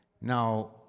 Now